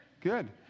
Good